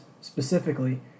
specifically